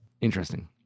interesting